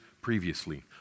previously